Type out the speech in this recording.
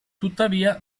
tuttavia